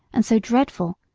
and so dreadful,